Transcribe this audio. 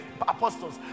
apostles